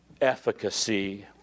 efficacy